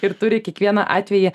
ir turi kiekvieną atvejį